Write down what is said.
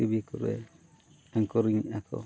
TV ᱠᱚᱨᱮ ᱮᱝᱠᱟᱨᱤᱝ ᱮᱜ ᱟᱠᱚ